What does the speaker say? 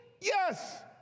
Yes